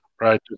right